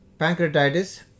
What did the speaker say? Pancreatitis